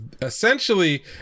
essentially